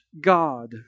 God